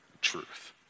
Truth